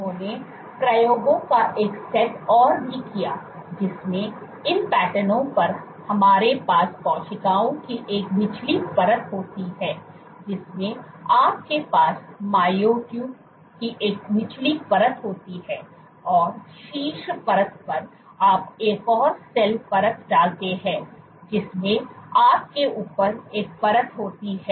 उन्होंने प्रयोगों का एक सेट और भी किया जिसमें इन पैटर्नों पर हमारे पास कोशिकाओं की एक निचली परत होती है जिसमें आपके पास मायोट्यूब की एक निचली परत होती है और शीर्ष परत पर आप एक और सेल परत डालते हैं जिसमें आपके ऊपर एक परत होती है